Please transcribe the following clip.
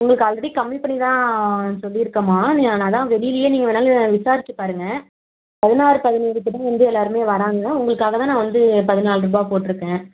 உங்களுக்கு ஆல்ரெடி கம்மி பண்ணி தான் சொல்லியிருக்கம்மா அதான் வெளிலையே நீங்கள் வேணாலும் விசாரிச்சிப் பாருங்கள் பதினாறு பதினேழுகிட்ட வந்து எல்லாருமே வராங்க உங்களுக்காக தான் நான் வந்து பதினால்ரூபா போட்டுருக்கேன்